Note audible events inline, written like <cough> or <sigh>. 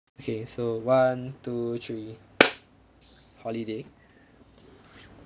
okay so one two three <noise> holiday